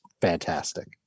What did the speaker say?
fantastic